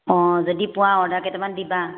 অঁ যদি পোৱা অৰ্ডাৰ কেইটামান দিবা